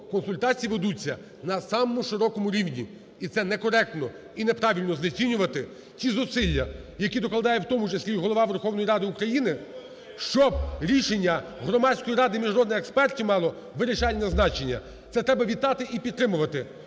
Консультації ведуться на самому широкому рівні. І це некоректно і неправильно знецінювати ті зусилля, які докладає, в тому числі і Голова Верховної Ради України, щоб рішення Громадської ради міжнародних експертів мало вирішальне значення. Це треба вітати і підтримувати,